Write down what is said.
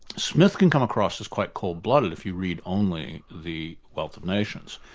smith can come across as quite cold-blooded, if you read only the wealth of nations.